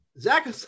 Zach